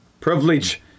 privilege